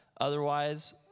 otherwise